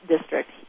District